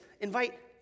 invite